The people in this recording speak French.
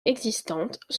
existantes